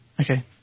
okay